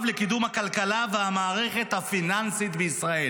לקידום הכלכלה והמערכת הפיננסית בישראל"